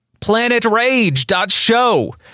Planetrage.show